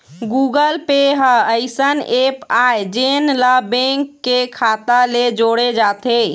Google Pay ह अइसन app आय जेन ला बेंक के खाता ले जोड़े जाथे